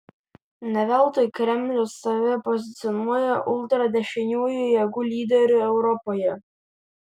ne veltui kremlius save pozicionuoja ultradešiniųjų jėgų lyderiu europoje